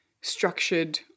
structured